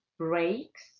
breaks